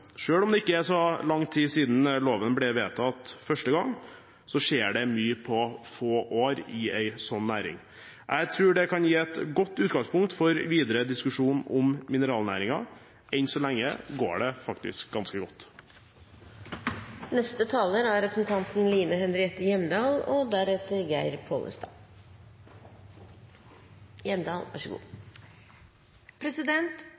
om det ikke er så lenge siden loven ble vedtatt første gang, skjer det mye på få år i en slik næring. Jeg tror det kan gi et godt utgangspunkt for videre diskusjon om mineralnæringen. Enn så lenge går det faktisk ganske godt. Det er